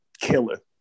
killer